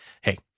hey